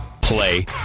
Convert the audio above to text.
play